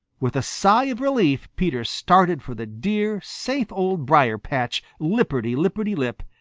with a sigh of relief, peter started for the dear, safe old briar-patch, lipperty-lipperty-lip,